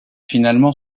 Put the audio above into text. finalement